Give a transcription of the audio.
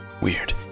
Weird